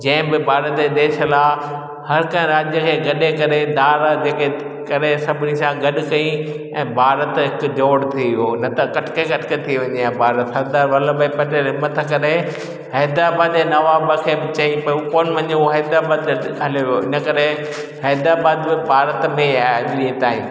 जै बि भारत ए देश ला हर कैं राज्य खे गॾे करे दार जेके करे सभिनी सां गॾु कई ऐं भारत हिकु जोड़ थी वियो न त कटके कटके थी वञे आ भारत सरदार वल्लभ भाई पटेल हिमत करे हैदराबाद जे नवाब खे चई पयू कोन वञू हैदराबाद हिन करे हैदराबाद बि भारत में आहे अॼ ताईं